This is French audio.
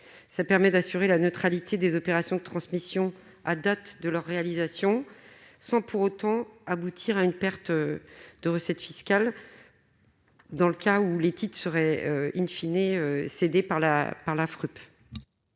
cela tend à garantir la neutralité des opérations de transmission à la date de leur réalisation, sans pour autant aboutir à une perte de recettes fiscales dans le cas où les titres seraient cédés par la FRUP.